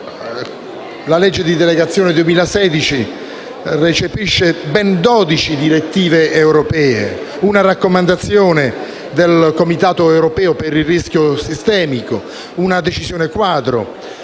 di delegazione 2016 recepisce ben 12 direttive europee, una raccomandazione del Comitato europeo per il rischio sistemico, una decisione quadro,